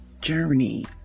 Journey